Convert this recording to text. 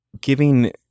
giving